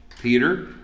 Peter